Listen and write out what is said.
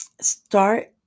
start